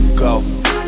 go